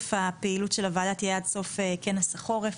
תוקף פעילות הועדה תהיה עד סוף כנס החורף.